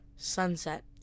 Sunset